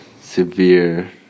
severe